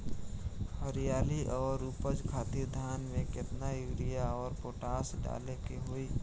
हरियाली और उपज खातिर धान में केतना यूरिया और पोटाश डाले के होई?